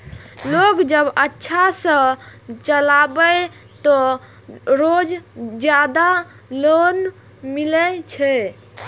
Loan जब अच्छा से चलेबे तो और ज्यादा लोन मिले छै?